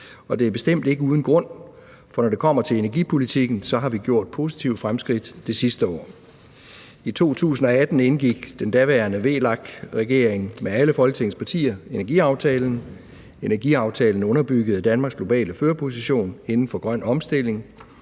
det er bestemt ikke uden grund, for når det kommer til energipolitikken, har vi gjort positive fremskridt det sidste år. I 2018 indgik den daværende VLAK-regering med alle Folketingets partier energiaftalen. Energiaftalen underbyggede Danmarks globale førerposition inden for grøn omstilling